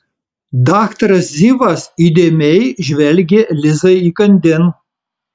daktaras zivas įdėmiai žvelgė lizai įkandin